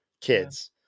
kids